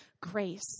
grace